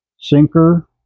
sinker